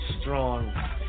strong